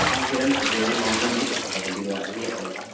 गाउँतिर नि खोजे भने पाउँछ नि है त्यस्तो खालको बिरुवाहरू यताउता